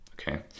okay